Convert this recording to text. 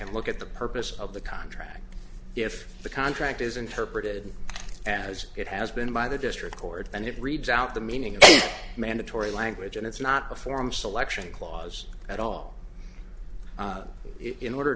and look at the purpose of the contract if the contract is interpreted as it has been by the district court and it reads out the meaning of mandatory language and it's not a form selection clause at all in order